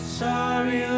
sorry